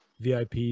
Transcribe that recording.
vip